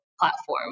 platform